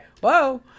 whoa